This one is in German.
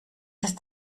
ist